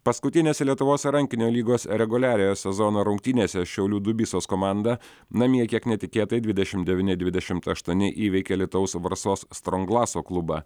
paskutinėse lietuvos rankinio lygos reguliariojo sezono rungtynėse šiaulių dubysos komanda namie kiek netikėtai dvidešimt devyni dvidešimt aštuoni įveikė alytaus varsos stronglaso klubą